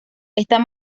esta